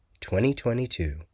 2022